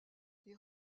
les